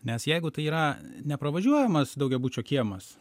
nes jeigu tai yra nepravažiuojamas daugiabučio kiemas